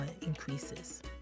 increases